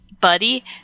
buddy